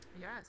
Yes